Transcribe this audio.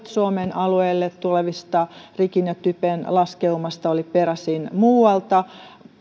suomen alueelle tulevasta rikin ja typen laskeumasta oli peräisin muualta